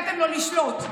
הצחקתם אותי.